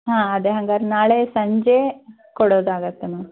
ಹಾಂ ಅದೇ ಹಾಗಾದ್ರೆ ನಾಳೆ ಸಂಜೆ ಕೊಡೋದಾಗತ್ತೆ ಮ್ಯಾಮ್